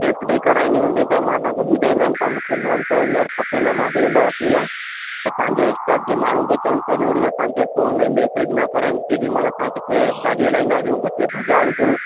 F D कराइणी हूंदी त मां तव्हांखे ॿुधाईंदुमि पर मूंखे लोन त हींअर खपे न मां ॿिए हंधा वरिती आहे त तव्हांजे स्टाफ़ जे माण्हू खे चवनि सॼो ॾींहुं असांखे फ़ोन ऐं मैसेज न करनि केॾी महिल असां किथे गाॾी हलाईंदा हुजूं किथे बज़ारु हुजूं